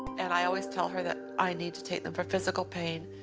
and i always tell her that i need to take them for physical pain.